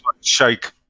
shake